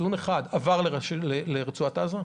חיסון אחד עברו לרצועת עזה?